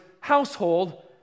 household